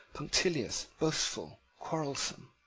punctilious, boastful, quarrelsome.